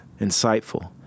insightful